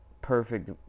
Perfect